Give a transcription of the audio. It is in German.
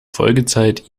folgezeit